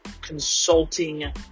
consulting